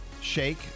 shake